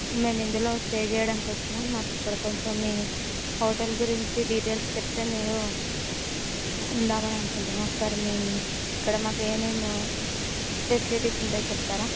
మేమిందులో stay చేయడానికొచ్చినాం మాకిక్కడ కొంచెం మీ హోటల్ గురించి డీటెయిల్స్ చెప్తే మేము ఉందామని అనుకుంటున్నాం ఒకసారి మీ ఇక్కడ మాకేమేమి ఫెసిలిటీస్ ఉంటాయో చెప్తారా